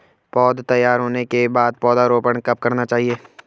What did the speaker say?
पौध तैयार होने के बाद पौधा रोपण कब करना चाहिए?